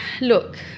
look